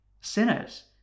sinners